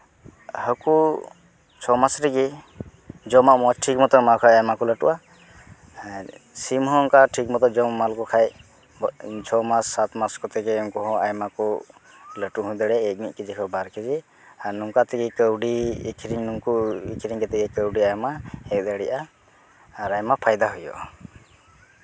ᱦᱟᱹᱠᱩ ᱪᱷᱚ ᱢᱟᱥ ᱨᱮᱜᱮ ᱡᱚᱢᱟᱜ ᱢᱚᱡᱽ ᱴᱷᱤᱠ ᱢᱚᱛᱚ ᱮᱢᱟᱠᱚ ᱦᱩᱭᱩᱜᱼᱟ ᱟᱭᱢᱟ ᱠᱚ ᱞᱟᱹᱴᱩᱜᱼᱟ ᱥᱤᱢ ᱦᱚᱸ ᱚᱱᱠᱟ ᱴᱷᱤᱠ ᱢᱚᱛᱚ ᱡᱚᱢ ᱮᱢᱟ ᱠᱚ ᱠᱷᱟᱱ ᱪᱷᱚ ᱢᱟᱥ ᱥᱟᱛ ᱢᱟᱥ ᱠᱚᱛᱮ ᱜᱮ ᱩᱱᱠᱩ ᱦᱚᱸ ᱟᱭᱢᱟ ᱠᱚ ᱞᱟᱹᱴᱩ ᱦᱚᱫ ᱫᱟᱲᱮᱭᱟᱜᱼᱟ ᱢᱤᱫ ᱠᱮᱡᱤ ᱠᱷᱚᱱ ᱵᱟᱨ ᱠᱮᱡᱤ ᱟᱨ ᱱᱚᱝᱠᱟ ᱛᱮᱜᱮ ᱠᱟᱹᱣᱰᱤ ᱟᱹᱠᱷᱨᱤᱧ ᱱᱩᱠᱩ ᱟᱹᱠᱷᱨᱤᱧ ᱠᱟᱛᱮᱫ ᱠᱟᱹᱣᱰᱤ ᱟᱭᱢᱟ ᱦᱮᱡ ᱫᱟᱲᱮᱭᱟᱜᱼᱟ ᱟᱨ ᱟᱭᱢᱟ ᱯᱷᱟᱭᱫᱟ ᱦᱩᱭᱩᱜᱼᱟ